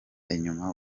inyuma